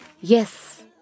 Yes